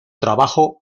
trabajo